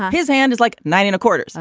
his hand is like nine in a quarter. so